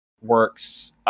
works